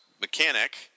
mechanic